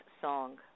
song